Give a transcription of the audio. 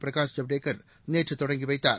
பிரகாஷ் ஜவடேகர் நேற்று தொடங்கி வைத்தார்